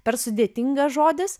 per sudėtingas žodis